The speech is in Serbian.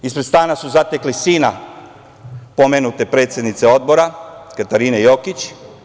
Ispred stana su zatekli sina pomenute predsednice odbora, Katarine Jokić.